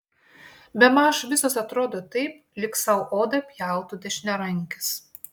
bemaž visos atrodo taip lyg sau odą pjautų dešiniarankis